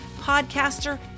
podcaster